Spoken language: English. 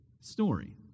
story